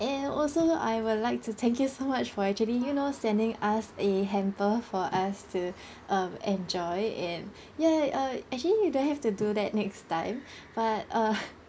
and also I would like to thank you so much for actually you know sending us a hamper for us to um enjoy and ya uh actually you don't have to do that next time but uh